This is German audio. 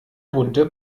bunte